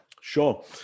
Sure